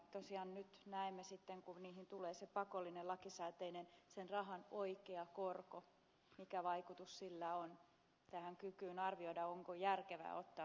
tosiaan nyt näemme sitten kun niihin tulee pakollisena lakisääteisenä sen rahan oikea korko mikä vaikutus sillä on tähän kykyyn arvioida onko järkevää ottaa